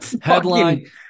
Headline